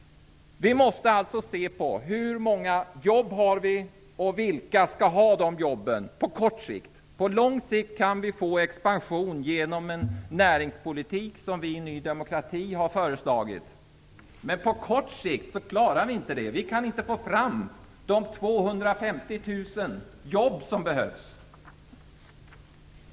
Vi måste se på hur många jobb det finns och på vilka som på kort sikt skall ha dessa jobb. På lång sikt kan vi uppnå expansion genom en näringspolitik som vi i Ny demokrati har föreslagit, men på kort sikt klarar vi inte detta. Det går inte att få fram de 250 000 jobb som behövs.